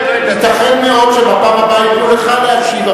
ייתכן מאוד שבפעם הבאה ייתנו לך להשיב,